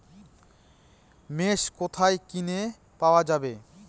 মোষ কোথায় কিনে পাওয়া যাবে?